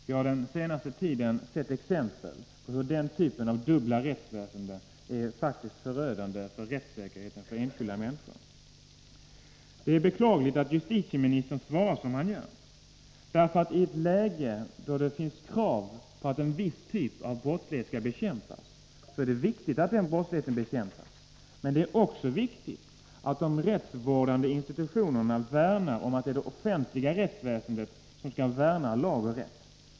Vi har den senaste tiden sett exempel på att den typen av dubbelt rättsväsende faktiskt är förödande för enskilda människors rättssäkerhet. Det är beklagligt att justitieministern svarar som han gör. I ett läge där det finns krav på att en viss typ av brottslighet skall bekämpas, är det viktigt att den brottsligheten verkligen bekämpas. Det är också viktigt att de rättsvårdande institutionerna försvarar uppfattningen att det är det offentliga rättsväsendet som skall värna lag och rätt.